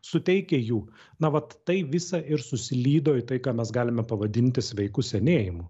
suteikia jų na vat tai visa ir susilydo į tai ką mes galime pavadinti sveiku senėjimu